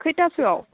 खैथासोआव